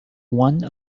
one